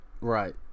Right